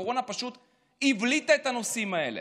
הקורונה פשוט הבליטה את הנושאים האלה.